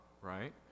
right